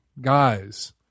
guys